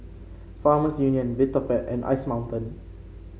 Farmers Union Vitapet and Ice Mountain